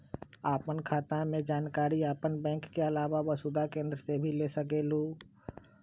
आपन खाता के जानकारी आपन बैंक के आलावा वसुधा केन्द्र से भी ले सकेलु?